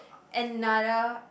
another